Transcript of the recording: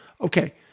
Okay